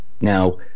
Now